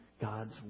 God's